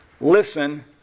Listen